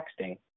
texting